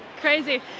crazy